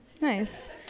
nice